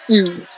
mm